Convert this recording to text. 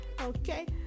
Okay